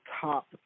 top